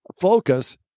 Focus